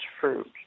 fruit